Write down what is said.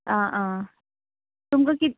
आं आं तुमकां कित